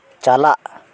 ᱪᱟᱞᱟᱜ